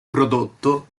prodotto